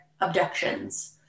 abductions